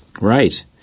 Right